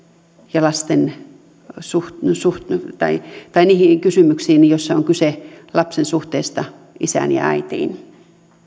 ja lasten hyvinvoinnin kanssa tai niihin kysymyksiin joissa on kyse lapsen suhteesta isään ja äitiin